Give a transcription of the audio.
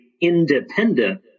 independent